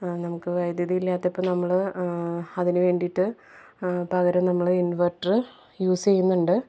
നമുക്ക് വൈദ്യുതി ഇല്ലാത്തപ്പോൾ നമ്മൾ അതിന് വേണ്ടീട്ട് പകരം നമ്മൾ ഇന്വേട്ടറ് യൂസ് ചെയ്യുന്നുണ്ട്